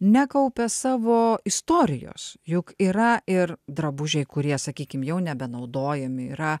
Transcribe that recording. nekaupia savo istorijos juk yra ir drabužiai kurie sakykim jau nebenaudojami yra